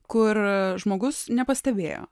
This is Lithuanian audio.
kur žmogus nepastebėjo